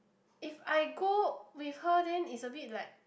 if I go with her then it's a bit like